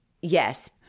Yes